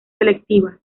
selectiva